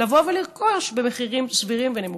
לבוא ולרכוש במחירים סבירים ונמוכים.